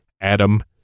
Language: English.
Adam